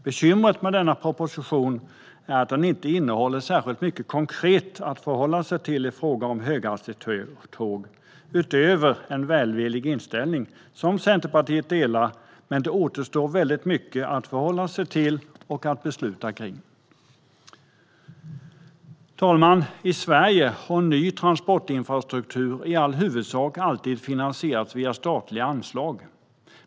Bekymret med denna proposition är att den inte innehåller särskilt mycket konkret att förhålla sig till i fråga om höghastighetståg utöver en välvillig inställning. Centerpartiet delar denna välvilliga inställning, men det återstår väldigt mycket att förhålla sig till och att besluta om. Herr talman! I Sverige har ny transportinfrastruktur i all huvudsak alltid finansierats via statliga anslag.